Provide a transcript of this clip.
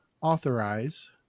authorize